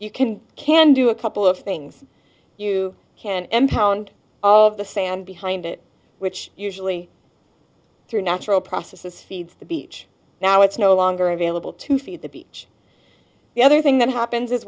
you can can do a couple of things you can empower and of the sand behind it which usually through natural processes feeds the beach now it's no longer available to feed the beach the other thing that happens is